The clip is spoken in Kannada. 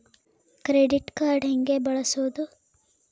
ಕ್ರೆಡಿಟ್ ಕಾರ್ಡ್ ಹೆಂಗ ಬಳಸೋದು?